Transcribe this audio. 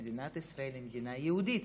שמדינת ישראל היא מדינה יהודית.